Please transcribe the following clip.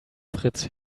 fritz